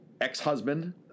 ex-husband